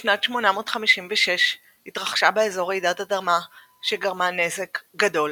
בשנת 856 התרחשה באזור רעידת אדמה שגרמה נזק גדול.